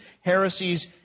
heresies